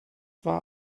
war